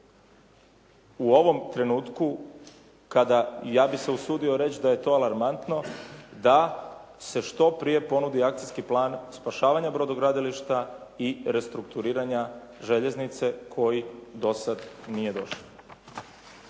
u ovom trenutku kada, ja bih se usudio reći da je to alarmantno da se što prije ponudi akcijski plan spašavanja brodogradilišta i restrukturiranja željeznice koji do sad nije došlo.